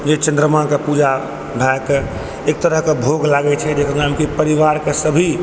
जे चन्द्रमाके पुजा भए कऽ एक तरह की भोग लागै छै जेकरामे कि परिवारके सभी